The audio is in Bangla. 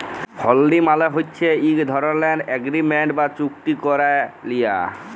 হুল্ডি মালে হছে ইক ধরলের এগ্রিমেল্ট বা চুক্তি ক্যারে লিয়া